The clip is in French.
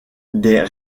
des